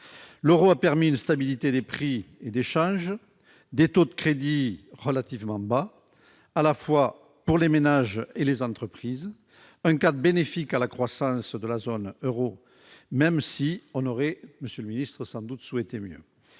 l'Euro a permis une stabilité des prix et des charges des taux de crédit relativement bas, à la fois pour les ménages et les entreprises, un cas bénéfique à la croissance de la zone Euro, même si on aurait monsieur le ministre, sans doute souhaité mieux